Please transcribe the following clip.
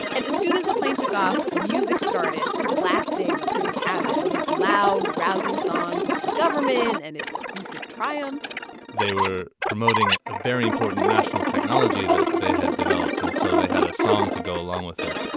and as soon as the plane took off, music started blasting through the cabin, these loud, rousing songs about the government and its recent triumphs they were promoting a very important national technology that they had developed. and so they had a song to go along with it.